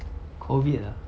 COVID ah